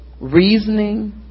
reasoning